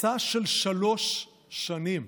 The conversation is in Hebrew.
מסע של שלוש שנים.